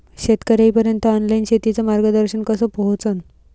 शेतकर्याइपर्यंत ऑनलाईन शेतीचं मार्गदर्शन कस पोहोचन?